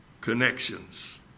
connections